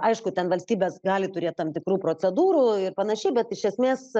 aišku ten valstybės gali turėt tam tikrų procedūrų ir panašiai bet iš esmės